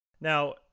Now